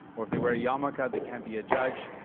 or if they wear a yarmulke, they can't be a judge.